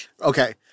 Okay